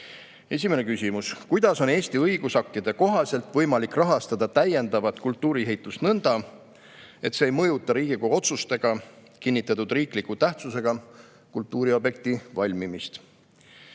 küsimus: "Kuidas on võimalik Eesti õigusaktide kohaselt rahastada täiendavat kultuuriehitist nõnda, et see ei mõjuta Riigikogu otsustega kinnitatud riikliku tähtsusega kultuuriobjekti valmimist?"